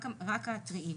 רק הטריים.